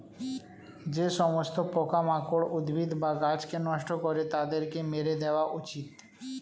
যে সমস্ত পোকামাকড় উদ্ভিদ বা গাছকে নষ্ট করে তাদেরকে মেরে দেওয়া উচিত